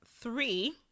Three